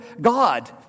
God